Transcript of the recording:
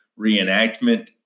reenactment